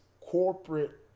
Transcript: corporate